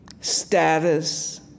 status